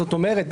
זאת אומרת,